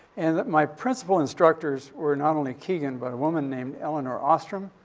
and the my principle instructors were not only keegan but a woman named elinor ostrom,